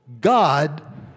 God